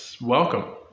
Welcome